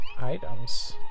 items